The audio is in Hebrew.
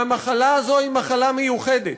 והמחלה הזו היא מחלה מיוחדת,